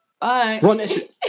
Bye